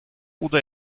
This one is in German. oder